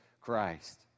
Christ